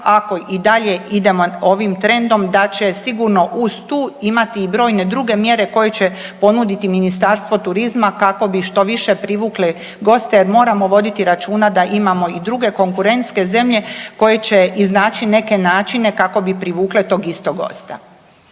ako i dalje idemo ovim trendom da će sigurno uz tu imati i brojne druge mjere koje će ponuditi Ministarstvo turizma kako bi što više privukli goste, jer moramo voditi računa da imamo i druge konkurentske zemlje koje će iznaći neke načine kako bi privukle tog istog gosta.